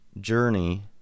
journey